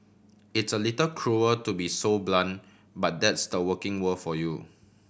it's a little cruel to be so blunt but that's the working world for you